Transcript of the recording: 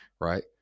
right